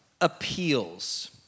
appeals